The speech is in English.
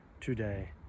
today